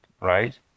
right